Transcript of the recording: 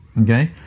Okay